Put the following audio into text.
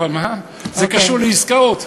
לא, לא קשור להצבעות האלה, אבל זה קשור לעסקאות.